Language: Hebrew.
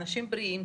אנשים בריאים,